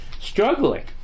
struggling